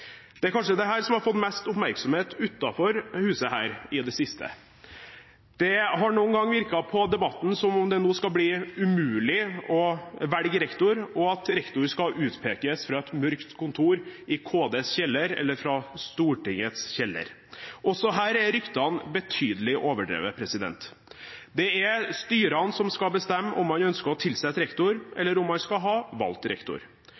Det er kanskje dette som har fått mest oppmerksomhet utenfor dette huset i det siste. Det har noen ganger virket på debatten som om det nå skal bli umulig å velge rektor, og at rektor skal utpekes fra et mørkt kontor i KDs kjeller eller fra Stortingets kjeller. Også her er ryktene betydelig overdrevet. Det er styrene som skal bestemme om man ønsker å tilsette rektor, eller om man skal ha valgt rektor.